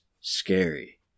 Scary